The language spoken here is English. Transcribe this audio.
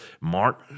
Mark